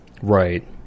Right